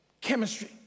Chemistry